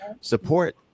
support